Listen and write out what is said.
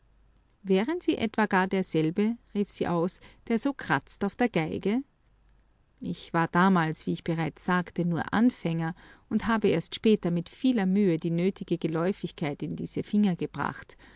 wären sie etwa gar derselbe rief sie aus der so kratzt auf der geige ich war damals wie ich bereits sagte nur anfänger und habe erst später mit vieler mühe die nötige geläufigkeit in diese finger gebracht